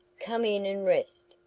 come in and rest,